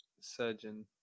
surgeon